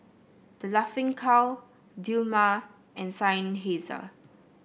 The Laughing Cow Dilmah and Seinheiser